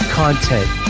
content